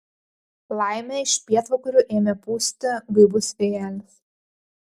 laimė iš pietvakarių ėmė pūsti gaivus vėjelis